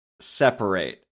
separate